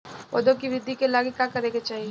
पौधों की वृद्धि के लागी का करे के चाहीं?